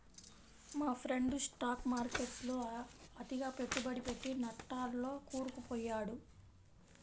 మా friend stock మార్కెట్టులో అతిగా పెట్టుబడి పెట్టి నట్టాల్లో కూరుకుపొయ్యాడు